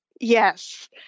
Yes